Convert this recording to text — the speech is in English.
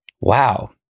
Wow